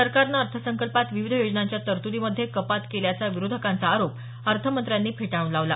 सरकारनं अर्थसंकल्पात विविध योजनांच्या तरतूदीमध्ये कपात केल्याचा विरोधकांचा आरोप अर्थमंत्र्यांनी फेटाळून लावला